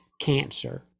cancer